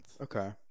Okay